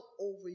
over